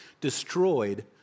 destroyed